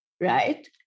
right